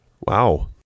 Wow